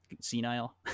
senile